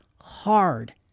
hard